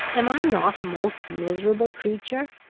am i not a most miserable creature?